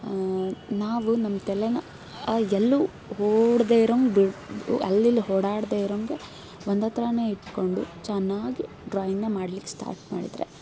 ನಾವು ನಮ್ಮ ತಲೆನ ಎಲ್ಲೂ ಓಡ್ದೆ ಇರೋಂಗೆ ಬಿಡಿ ಅಲ್ಲಿಲ್ಲಿ ಓಡಾಡ್ದೆ ಇರೋಂಗೆ ಒಂದು ಥರನೇ ಇಟ್ಕೊಂಡು ಚೆನ್ನಾಗಿ ಡ್ರಾಯಿಂಗ್ನ ಮಾಡ್ಲಿಕ್ಕೆ ಸ್ಟಾರ್ಟ್ ಮಾಡಿದರೆ